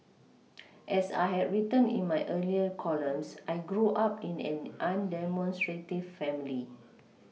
as I had written in my earlier columns I grew up in an undemonstrative family